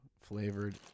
flavored